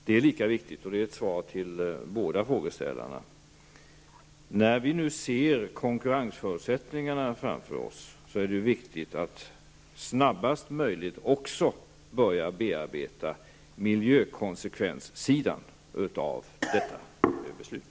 Det är lika viktigt, och det är ett svar till båda frågeställarna, att vi när vi nu ser konkurrensförutsättningarna framför oss snarast möjligt börjar bearbeta miljökonsekvensfrågorna i samband med detta beslut.